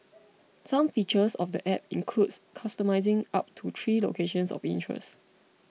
some features of the app includes customising up to three locations of interest